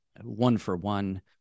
one-for-one